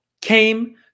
came